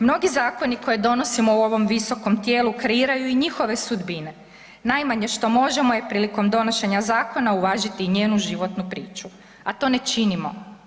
Mnogi zakoni koje donosimo u ovom visokom tijelu kreiraju i njihove sudbine, najmanje je što možemo prilikom donošenja zakona uvažiti i njenu životnu priču, a to ne činimo.